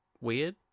weird